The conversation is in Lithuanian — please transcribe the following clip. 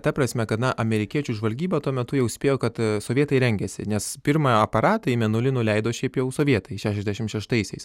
ta prasme kad na amerikiečių žvalgyba tuo metu jau spėjo kad sovietai rengiasi nes pirma aparatą į mėnulį nuleido šiaip jau sovietai šešiasdešim šeštaisiais